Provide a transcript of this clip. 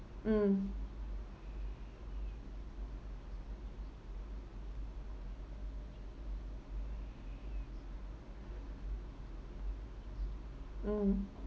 mm mm